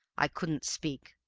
i couldn't speak.